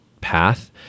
path